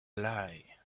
lie